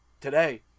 today